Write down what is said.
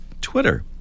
Twitter